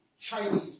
Chinese